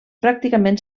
pràcticament